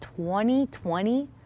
2020